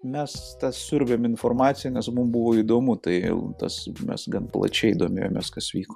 mes siurbėm informaciją nes mum buvo įdomu tai tas mes gan plačiai domėjomės kas vyko